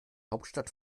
hauptstadt